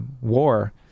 war